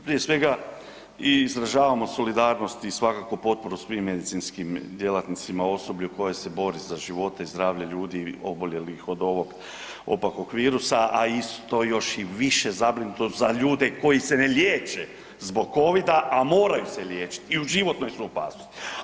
Prije svega i izražavamo solidarnost i svakako potporu svim medicinskim djelatnicima, osoblju koje se bori za živote i zdravlje ljudi oboljelih od ovog opakog virusa, a isto još i više zabrinutost za ljude koji se ne liječe zbog Covida, a moraju se liječiti i u životnoj su opasnosti.